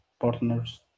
partners